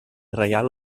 reial